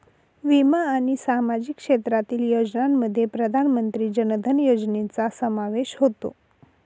विमा आणि सामाजिक क्षेत्रातील योजनांमध्ये प्रधानमंत्री जन धन योजनेचा समावेश होतो